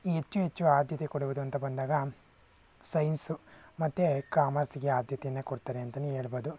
ಹೆಚ್ಚು ಹೆಚ್ಚು ಆದ್ಯತೆ ಕೊಡುವುದು ಅಂತ ಬಂದಾಗ ಸೈನ್ಸು ಮತ್ತು ಕಾಮರ್ಸಿಗೆ ಆದ್ಯತೆಯನ್ನು ಕೊಡ್ತಾರೆ ಅಂತಲೇ ಹೇಳ್ಬೋದು